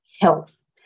health